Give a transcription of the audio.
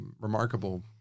remarkable